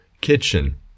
kitchen